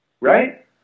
right